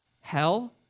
hell